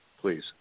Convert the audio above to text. please